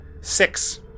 six